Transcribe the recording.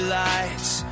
lights